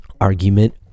Argument